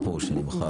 מה פירוש "הוא נמחק"?